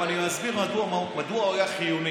אני אסביר מדוע הוא היה חיוני.